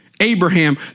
Abraham